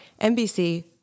NBC